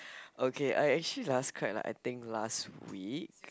okay I actually last cry like I think last week